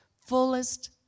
Fullest